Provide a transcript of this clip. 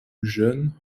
jeune